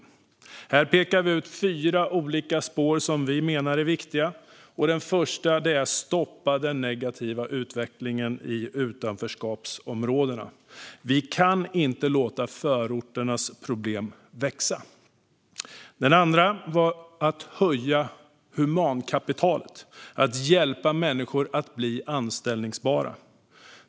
Här pekar vi ut fyra olika spår som vi menar är viktiga. Det första är att stoppa den negativa utvecklingen i utanförskapsområdena. Vi kan inte låta förorternas problem växa. Det andra är att höja humankapitalet, att hjälpa människor att bli anställbara.